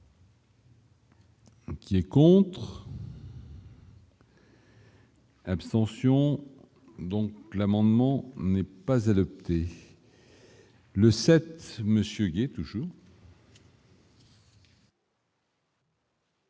Qui est contre. Abstention donc l'amendement n'est pas adopté. Le 7 monsieur qui toujours.